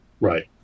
Right